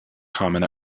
common